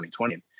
2020